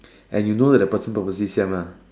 and you know that the person purposely siam lah